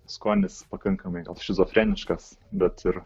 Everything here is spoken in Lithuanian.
skonis pakankamai šizofreniškas bet ir